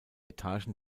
etagen